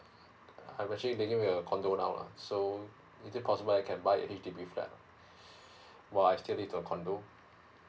I actually live in a condo now lah so is it possible that I can buy a H_D_B flat lah while I still live in a condo